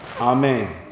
Amen